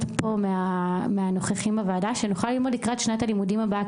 פה מהנוכחים כדי שנוכל ללמוד לגבי שנת הלימודים הבאה,